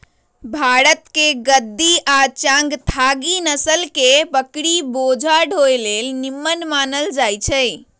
भारतके गद्दी आ चांगथागी नसल के बकरि बोझा ढोय लेल निम्मन मानल जाईछइ